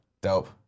dope